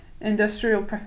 industrial